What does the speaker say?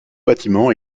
bâtiment